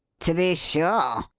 to be sure,